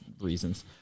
reasons